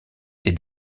des